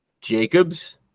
jacobs